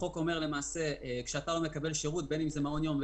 החוק אומר שכשאדם לא מקבל שירות - בין אם זה מעון יום,